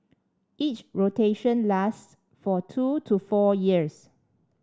each rotation lasts for two to four years